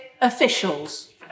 officials